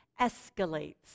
escalates